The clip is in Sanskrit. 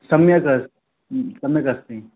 सम्यक् अस् सम्यक् अस्मि